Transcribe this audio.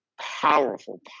powerful